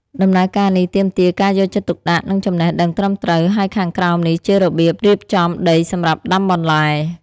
ដំណើរការនេះទាមទារការយកចិត្តទុកដាក់ និងចំណេះដឹងត្រឹមត្រូវ ហើយខាងក្រោមនេះជារបៀបរៀបចំដីសម្រាប់ដាំបន្លែ។